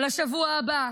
לשבוע הבא?